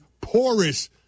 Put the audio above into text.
porous